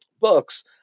books